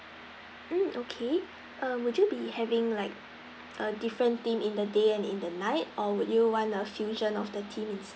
mm okay err would you be having like a different theme in the day and in the night or would you want a fusion of the theme